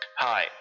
Hi